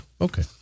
Okay